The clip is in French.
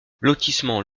lotissement